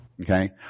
Okay